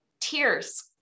tears